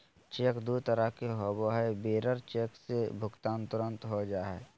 cheque दू तरह के होबो हइ, बियरर चेक से भुगतान तुरंत हो जा हइ